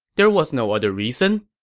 there was no other reason.